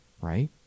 right